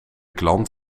klant